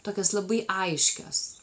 tokios labai aiškios